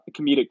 comedic